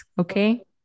Okay